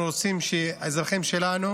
אנחנו רוצים שהאזרחים שלנו